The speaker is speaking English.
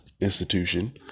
institution